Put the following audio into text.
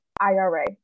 ira